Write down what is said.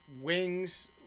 wings